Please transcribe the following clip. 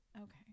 okay